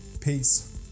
peace